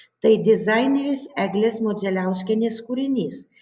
tai dizainerės eglės modzeliauskienės kūrinys